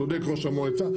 צודק ראש המועצה,